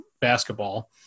basketball